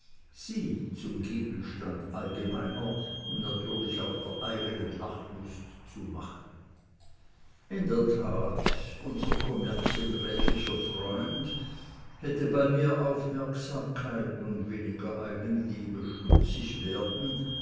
sie zum gegenstand allgemeiner und natürlich auch seiner eigenen lachlust zu machen in der tat unser kommerzienrätlicher freund hätte bei mehr aufmerksamkeit und weniger eigenliebe stutzig werden